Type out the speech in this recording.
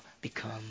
become